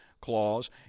clause